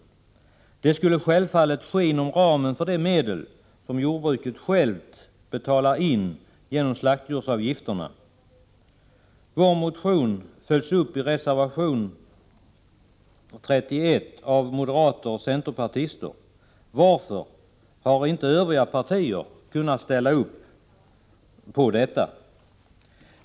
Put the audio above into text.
Detta skulle självfallet ske inom ramen för de medel som jordbruket självt betalar in genom slaktdjursavgifterna. Vår motion följs upp i reservation 31 av moderater och centerpartister. Varför har inte övriga partier kunnat ställa upp på detta?